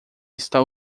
está